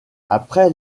après